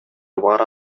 бара